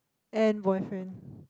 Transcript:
and boyfriend